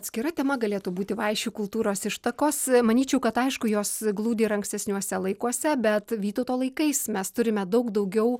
atskira galėtų būti vaišių kultūros ištakos manyčiau kad aišku jos glūdi ir ankstesniuose laikuose bet vytauto laikais mes turime daug daugiau